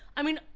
i mean,